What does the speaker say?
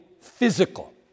physical